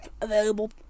available